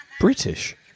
British